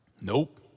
Nope